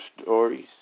stories